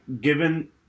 given